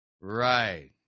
Right